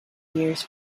years